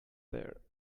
there